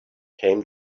came